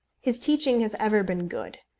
his teaching has ever been good.